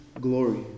glory